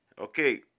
Okay